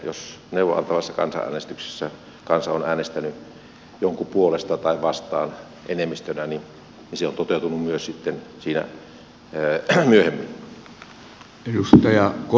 jos neuvoa antavassa kansanäänestyksessä kansa on äänestänyt jonkun puolesta tai vastaan enemmistönä niin se on toteutunut myös sitten siinä myöhemmin